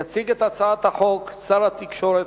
יציג את הצעת החוק שר התקשורת,